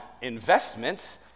investments